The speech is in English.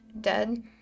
dead